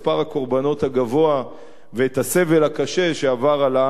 הגבוה ואת הסבל הקשה שעבר על העם הארמני.